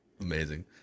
amazing